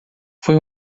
foi